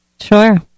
sure